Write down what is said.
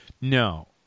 No